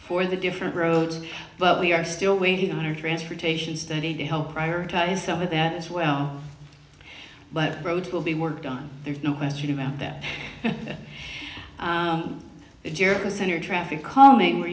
for the different roads but we are still waiting on a transportation study to help prioritize over that as well but roads will be worked on there's no question about that jericho center traffic calming we're